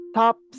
top